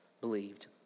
believed